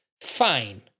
Fine